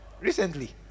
recently